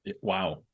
Wow